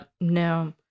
No